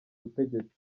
butegetsi